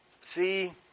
See